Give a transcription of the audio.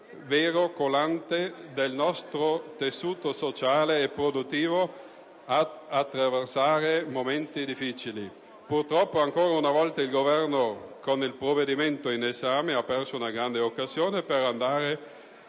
vero collante del nostro tessuto sociale e produttivo, ad attraversare momenti difficili. Purtroppo, ancora una volta, il Governo, con il provvedimento in esame, ha perso una grande occasione per andare